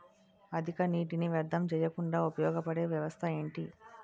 అధిక నీటినీ వ్యర్థం చేయకుండా ఉపయోగ పడే వ్యవస్థ ఏంటి